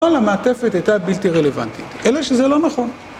כל המעטפת הייתה בלתי רלוונטית אלא שזה לא נכון